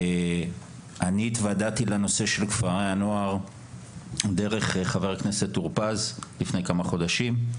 אני התוודעתי לנושא של כפרי הנוער דרך חבר כנסת טורפז לפני כמה חודשים,